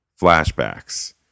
flashbacks